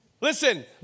Listen